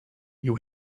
you